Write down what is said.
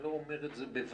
אני לא אומר את זה בוודאות,